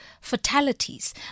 fatalities